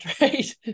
right